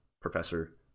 Professor